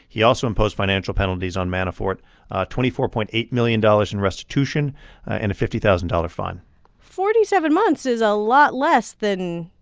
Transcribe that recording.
he also imposed financial penalties on manafort twenty four point eight million dollars in restitution and a fifty thousand dollars fine forty-seven months is a lot less than,